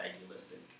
idealistic